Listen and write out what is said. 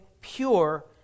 pure